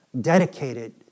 dedicated